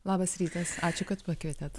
labas rytas ačiū kad pakvietėt